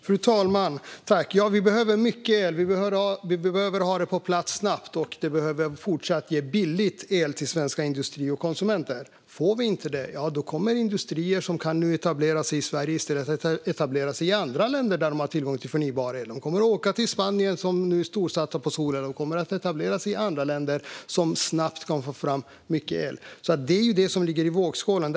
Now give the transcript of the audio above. Fru talman! Vi behöver mycket el. Vi behöver ha den snabbt på plats. Och det behöver även fortsättningsvis ge billig el till svensk industri och svenska konsumenter. Om vi inte får det kommer industrier som hade kunnat etablera sig i Sverige i stället att etablera sig i andra länder där de har tillgång till förnybar el. De kommer att åka till Spanien, som storsatsar på sol, och de kommer att etablera sig i andra länder som snabbt kommer att få fram mycket el. Det är detta som ligger i vågskålen.